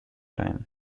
time